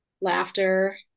laughter